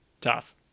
tough